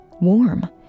Warm